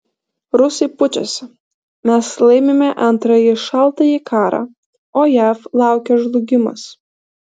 rusai pučiasi mes laimime antrąjį šaltąjį karą o jav laukia žlugimas